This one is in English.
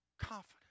confidence